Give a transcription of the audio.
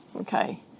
okay